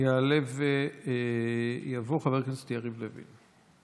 יעלה ויבוא חבר הכנסת יריב לוין.